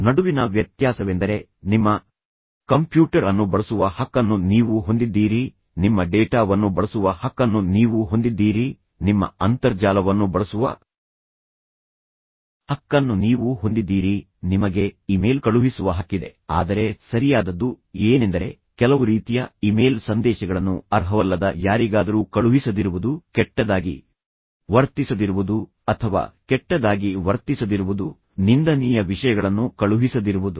ನಡುವಿನ ವ್ಯತ್ಯಾಸವೆಂದರೆ ನಿಮ್ಮ ಕಂಪ್ಯೂಟರ್ ಅನ್ನು ಬಳಸುವ ಹಕ್ಕನ್ನು ನೀವು ಹೊಂದಿದ್ದೀರಿ ನಿಮ್ಮ ಡೇಟಾವನ್ನು ಬಳಸುವ ಹಕ್ಕನ್ನು ನೀವು ಹೊಂದಿದ್ದೀರಿ ನಿಮ್ಮ ಅಂತರ್ಜಾಲವನ್ನು ಬಳಸುವ ಹಕ್ಕನ್ನು ನೀವು ಹೊಂದಿದ್ದೀರಿ ನಿಮಗೆ ಇಮೇಲ್ ಕಳುಹಿಸುವ ಹಕ್ಕಿದೆ ಆದರೆ ಸರಿಯಾದದ್ದು ಏನೆಂದರೆ ಕೆಲವು ರೀತಿಯ ಇಮೇಲ್ ಸಂದೇಶಗಳನ್ನು ಅರ್ಹವಲ್ಲದ ಯಾರಿಗಾದರೂ ಕಳುಹಿಸದಿರುವುದು ಕೆಟ್ಟದಾಗಿ ವರ್ತಿಸದಿರುವುದು ಅಥವಾ ಕೆಟ್ಟದಾಗಿ ವರ್ತಿಸದಿರುವುದು ನಿಂದನೀಯ ವಿಷಯಗಳನ್ನು ಕಳುಹಿಸದಿರುವುದು